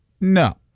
No